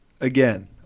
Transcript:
again